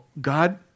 God